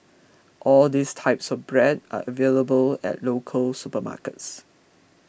all these types of bread are available at local supermarkets